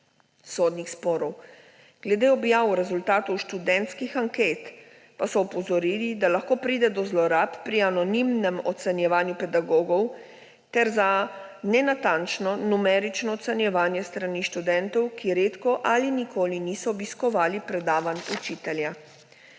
sodnih sporov. Glede objav rezultatov študentskih anket pa so opozorili, da lahko pride do zlorab pri anonimnem ocenjevanju pedagogov ter za nenatančno numerično ocenjevanje s strani študentov, ki redko ali nikoli niso obiskovali predavanj učitelja.